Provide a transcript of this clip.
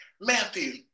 Matthew